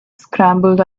scrambled